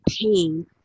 pain